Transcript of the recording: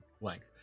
length